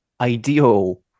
ideal